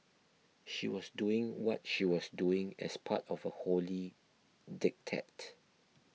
she was doing what she was doing as part of a holy diktat